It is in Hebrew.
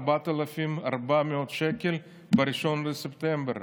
4,400 שקל בממוצע, ב-1 בספטמבר,